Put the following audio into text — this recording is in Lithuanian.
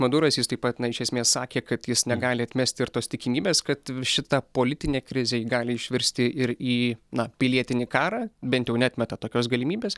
maduras jis taip pat na iš esmės sakė kad jis negali atmesti ir tos tikimybės kad šita politinė krizė gali išvirsti ir į na pilietinį karą bent jau neatmeta tokios galimybės